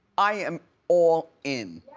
i am all in.